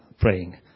praying